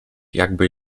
jakby